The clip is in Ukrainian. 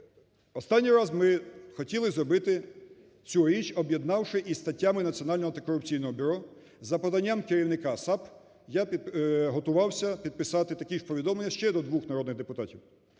Останній раз ми хотіли зробити цю річ, об'єднавши із статтями Національного антикорупційного бюро, за поданням керівника САП я готувався підписати такі ж повідомлення ще до двох народних депутатів.